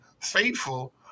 faithful